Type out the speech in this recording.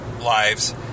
lives